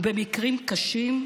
ובמקרים קשים,